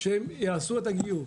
שהם יעשו את הגיור.